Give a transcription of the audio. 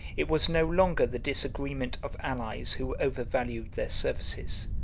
it was no longer the disagreement of allies who overvalued their services,